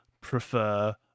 prefer